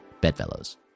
bedfellows